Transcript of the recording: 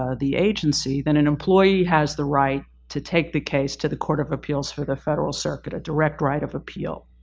ah the agency, then an employee has the right to take the case to the court of appeals for the federal circuit, a direct right of appeal.